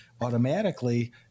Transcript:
automatically